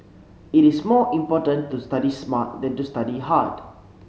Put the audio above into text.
it is more important to study smart than to study hard